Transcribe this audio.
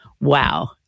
Wow